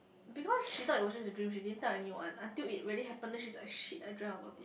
because she thought it was just a dream she didn't tell anyone until it really happen then she's like shit I dreamt about it